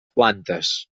plantes